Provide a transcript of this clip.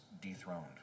dethroned